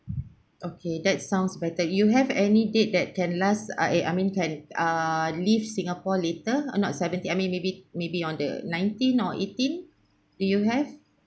okay that sounds better you have any date that can last ah eh I mean can ah leave singapore later uh not seventeenth I maybe maybe on the nineteenth or eighteenth do you have